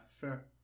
fair